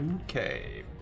Okay